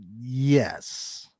Yes